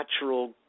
natural